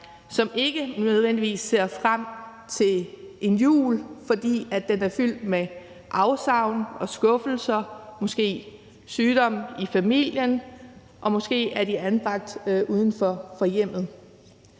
ser ikke nødvendigvis frem til jul, fordi den er fyldt med afsavn og skuffelser og måske sygdom i familien, og måske er de anbragt uden for hjemmet.